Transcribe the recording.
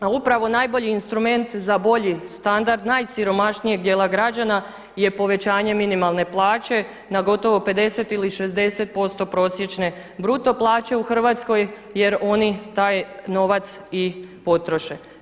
A upravo najbolji instrument za bolji standard najsiromašnijeg dijela građana je povećanje minimalne plaće na gotovo 50 ili 60% prosječne bruto plaće u Hrvatskoj jer oni taj novac i potroše.